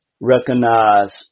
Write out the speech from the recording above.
recognize